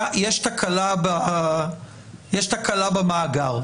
תקלה מחשובית במאגר?